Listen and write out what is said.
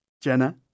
Jenna